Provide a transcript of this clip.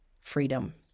freedom